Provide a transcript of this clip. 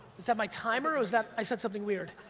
is that my timer or was that, i said something weird?